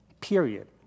period